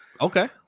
okay